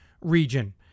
region